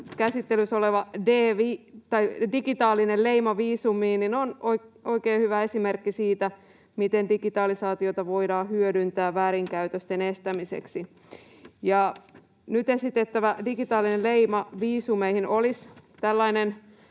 käsittelyssä oleva digitaalinen leima viisumiin on oikein hyvä esimerkki siitä, miten digitalisaatiota voidaan hyödyntää väärinkäytösten estämiseksi. Nyt esitettävä digitaalinen leima viisumeihin olisi tällainen